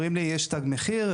אומרים לי יש תג מחיר.